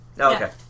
Okay